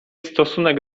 stosunek